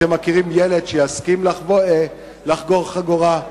אתם מכירים ילד שיסכים לחגור חגורה?